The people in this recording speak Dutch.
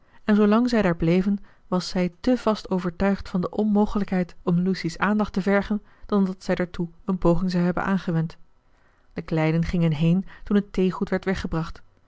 en zoolang zij daar bleven was zij te vast overtuigd van de onmogelijkheid om lucy's aandacht te vergen dan dat zij daartoe een poging zou hebben aangewend de kleinen gingen heen toen het theegoed werd weggebracht